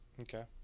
Okay